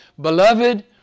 Beloved